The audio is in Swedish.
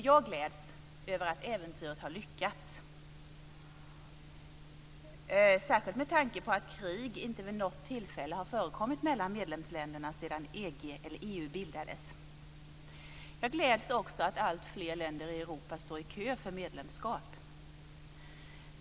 Jag gläds över att äventyret har lyckats, särskilt med tanke på att krig inte vid något tillfälle förekommit mellan medlemsländerna sedan EG eller EU bildades. Jag gläds också åt att alltfler länder i Europa står på kö för medlemskap.